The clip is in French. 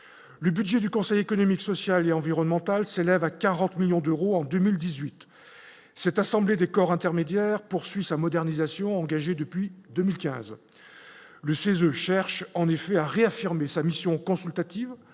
le budget du Conseil économique, social et environnemental, c'est à 40 millions d'euros en 2018 cette assemblée des corps intermédiaires, poursuit sa modernisation engagée depuis 2015 le CESE cherche en effet à réaffirmer sa mission consultative